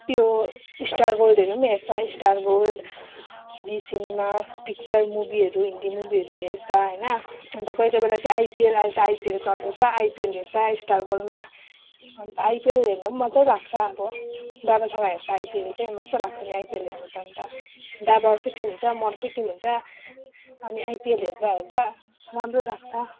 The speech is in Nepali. यो स्टार गोल्डहरू हेर्छ star gold Zee cinema picture मुभिहरू हिन्दी मुभिहरू हेर्छ होइन अन्त कोही कोही बेला चाहिँ आइपिएल अहिले त आइपिएल चल्दैछ आइपिएल हेर्छ स्टार गोल्डमा अन्त आइपिएल हेर्नु मजा लाग्छ अब बाबासँग हेर्छ आइपिएल चाहिँ मजा लाग्छ पनि आइपिएल हर्नु त अन्त बाबाहरू अर्कै टिम हुन्छ म अर्कै टिम अनि आइपिएल हेर्दा हेर्दा राम्रो लाग्छ